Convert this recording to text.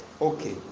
Okay